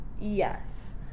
Yes